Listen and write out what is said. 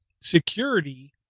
security